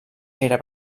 era